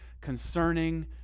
concerning